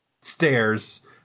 stairs